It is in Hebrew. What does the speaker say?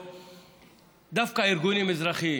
דווקא ארגונים אזרחיים